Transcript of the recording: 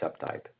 subtype